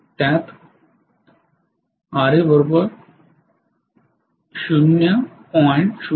त्यात Ra बरोबर ०